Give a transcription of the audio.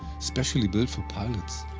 specially build for pilots,